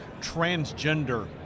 transgender